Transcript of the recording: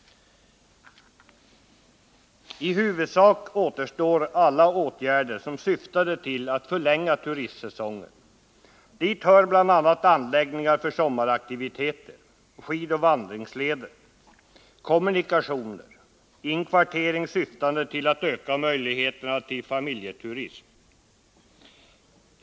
I huvudsak återstår alla åtgärder som syftar till att förlänga turistsäsongen. Dit hör bl.a. att bygga upp anläggningar för sommaraktiviteter, skidoch vandringsleder, kommunikationer och inkvartering syftande till att öka möjligheterna till familjeturism.